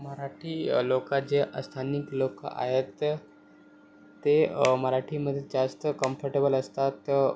मराठी लोकात जे अस्थानिक लोकं आहेत ते मराठीमध्ये जास्त कम्फर्टेबल असतात